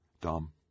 Dom